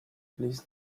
please